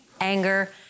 anger